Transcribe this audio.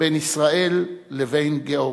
בין ישראל לבין גאורגיה.